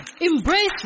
Embrace